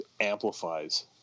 amplifies